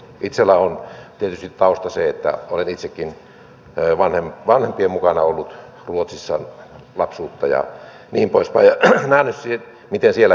itselläni on tietysti tausta se että olen itsekin vanhempien mukana ollut ruotsissa lapsuutta ja niin poispäin ja nähnyt miten siellä hyväksyttiin suomalaiset